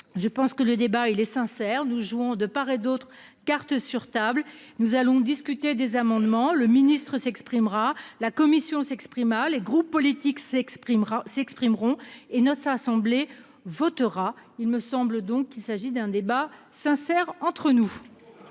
Je pense que le débat il est sincère. Nous jouons de part et d'autre, cartes sur table. Nous allons discuter des amendements. Le ministre s'exprimera. La Commission s'exprima les groupes politiques s'exprimera s'exprimeront et Assemblée votera. Il me semble donc il s'agit d'un débat sincère entre nous.